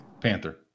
panther